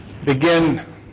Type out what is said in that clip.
begin